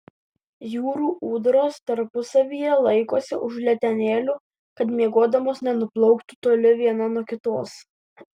jūrų ūdros tarpusavyje laikosi už letenėlių kad miegodamos nenuplauktų toli viena nuo kitos